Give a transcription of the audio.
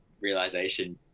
realization